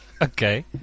Okay